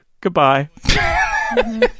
Goodbye